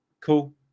cool